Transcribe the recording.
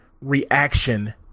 reaction